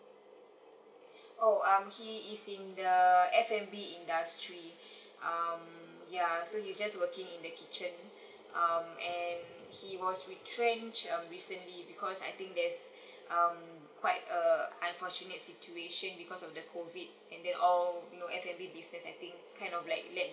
oh um he is in the F and B industry um ya so he's just working in the kitchen um and he was retrenched um recently because I think there's um quite err unfortunate situation because of the COVID and then all no F and B businesses I think kind of like